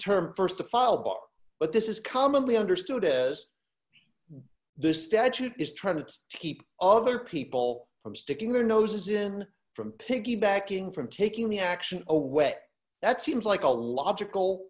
term st to fall apart but this is commonly understood as this statute is trying to keep other people from sticking their noses in from piggybacking from taking the action away that seems like a logical